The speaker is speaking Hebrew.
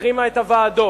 החרימה את הוועדות.